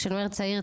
כשאני אומרת צעיר,